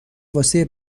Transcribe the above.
واسه